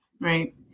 right